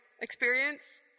experience